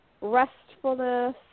restfulness